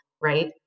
right